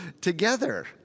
together